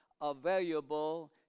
available